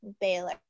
Baylor